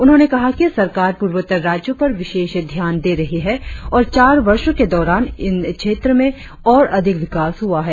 उन्होंने कहा कि सरकार प्रर्वोत्तर राज्यों पर विशेष ध्यान दे रही है और चार वर्षों के दौरान इन क्षेत्र में और अधिक विकास हुआ है